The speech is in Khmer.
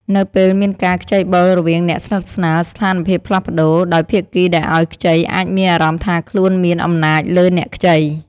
នៅពេលមានការខ្ចីបុលរវាងអ្នកស្និទ្ធស្នាល ស្ថានភាពផ្លាស់ប្តូរ ដោយភាគីដែលឲ្យខ្ចីអាចមានអារម្មណ៍ថាខ្លួនមានអំណាចលើអ្នកខ្ចី។